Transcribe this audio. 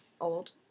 Old